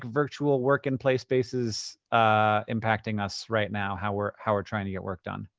like virtual work and play spaces ah impacting us right now, how we're how we're trying to get work done?